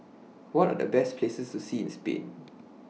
What Are The Best Places to See in Spain